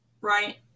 Right